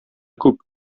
күп